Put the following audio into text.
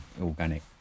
organic